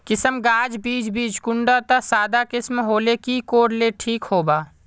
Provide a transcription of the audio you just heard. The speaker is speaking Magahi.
किसम गाज बीज बीज कुंडा त सादा किसम होले की कोर ले ठीक होबा?